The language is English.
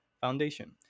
foundation